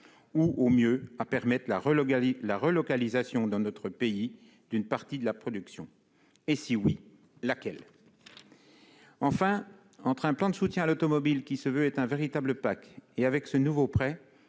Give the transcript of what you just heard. au mieux, à permettre la relocalisation dans notre pays d'une partie de la production ? Et si oui, laquelle ? Enfin, entre un plan de soutien à l'automobile, qui se veut un véritable pacte, et ce nouveau prêt,